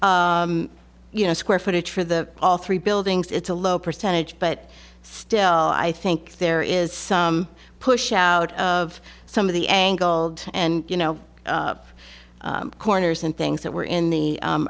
you know square footage for the all three buildings it's a low percentage but still i think there is some push out of some of the angled and you know corners and things that were in the